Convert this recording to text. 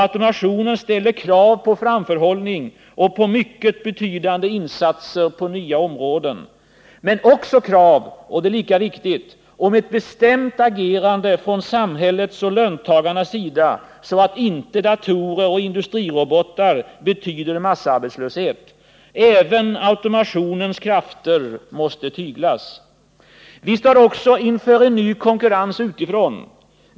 Automationen ställer krav på framförhållning och på mycket betydande insatser på nya områden. Men den ställer också krav — och det är lika viktigt — på ett bestämt agerande från samhällets och löntagarnas sida, så att inte datorer och industrirobotar betyder massarbetslöshet. Även automationens krafter måste tyglas. Vi står också inför en ny konkurrens utifrån.